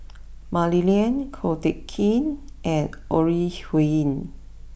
Mah Li Lian Ko Teck Kin and Ore Huiying